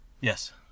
Yes